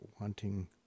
wanting